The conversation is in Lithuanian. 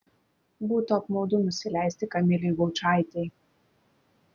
būtų apmaudu nusileisti kamilei gaučaitei